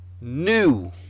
new